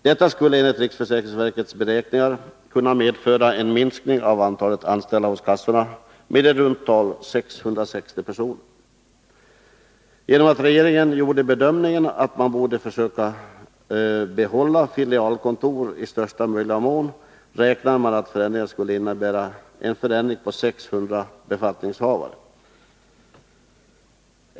Det skulle enligt riksförsäkringsverkets beräkningar kunna medföra en minskning av antalet anställda vid kassorna med i runt tal 660 personer. Genom att regeringen gjorde bedömningen att man i största möjliga utsträckning borde försöka behålla filialkontoren, räknade man med att förändringar skulle innebära en minskning av antalet befattningshavare med 600 personer.